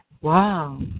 Wow